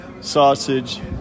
sausage